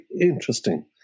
interesting